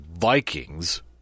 Vikings